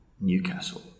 Newcastle